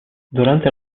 durante